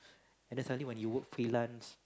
and then suddenly when you work freelance